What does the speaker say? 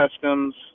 customs